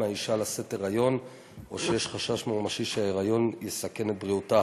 מהאישה לשאת היריון או שיש חשש ממשי שהיריון יסכן את בריאותה.